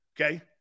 okay